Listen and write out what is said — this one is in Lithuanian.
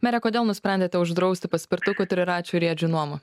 mere kodėl nusprendėte uždrausti paspirtukų triračių riedžių nuomą